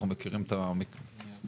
אנחנו מכירים את המבנים.